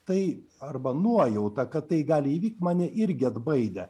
tai arba nuojauta kad tai gali įvykt mane irgi atbaidė